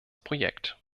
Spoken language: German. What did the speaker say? projekt